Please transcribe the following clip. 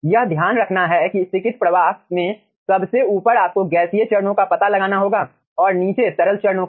यह ध्यान रखना है कि स्तरीकृत प्रवाह में सबसे ऊपर आपको गैसीय चरणों का पता लगाना होगा और नीचे तरल चरणों का